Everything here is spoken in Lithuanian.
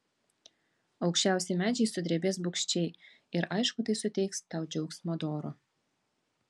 aukščiausi medžiai sudrebės bugščiai ir aišku tai suteiks tau džiaugsmo doro